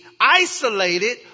isolated